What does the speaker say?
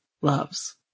loves